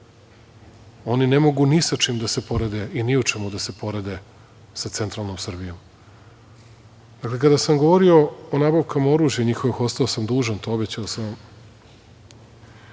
Oni ne mogu ni sa čim da se porede i ni u čemu da se porede sa centralnom Srbijom. Dakle, kada sam govorio o nabavku oružja, ostao sam dužan, obećao sam